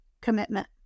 Commitment